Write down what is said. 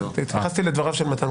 התייחסתי לדבריו של מתן כהנא.